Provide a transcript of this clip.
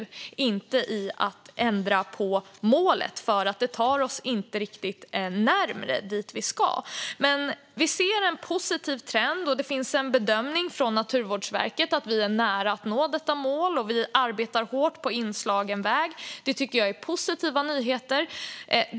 Regeringen anser inte att vi bör ändra på målet, för det tar oss inte närmare det vi ska nå. Vi ser en positiv trend. Naturvårdsverkets bedömning är att vi är nära att nå målet, och vi arbetar hårt på inslagen väg. Detta tycker jag är positiva nyheter.